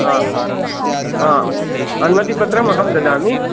अनुमतिपत्रम् अहं ददामि